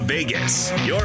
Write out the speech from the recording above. Vegas